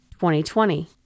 2020